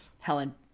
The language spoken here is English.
helen